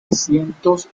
asientos